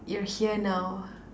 you're here now